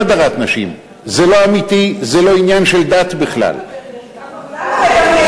למעמד הביניים בכל רחבי עולם, ואומרים: